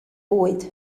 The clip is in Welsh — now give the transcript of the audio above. bwyd